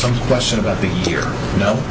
some question about the deer no